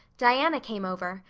diana came over,